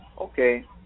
okay